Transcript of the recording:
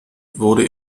wurde